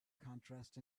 contrast